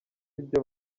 ibyo